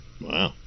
Wow